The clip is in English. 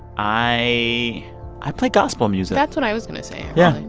i i play gospel music that's what i was going to say yeah.